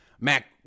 Mac